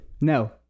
No